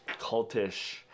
cultish